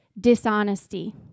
dishonesty